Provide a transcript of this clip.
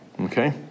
okay